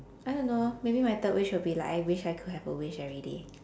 I don't know maybe my third wish would be like I wish I could have a wish everyday